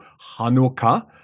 Hanukkah